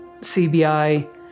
CBI